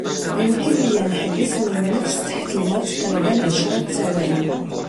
يمكن لي حبس النفس تحت الماء تقريبا عشر ثواني